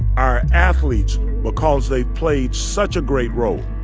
our athletes because they've played such a great role